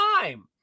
time